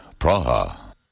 Praha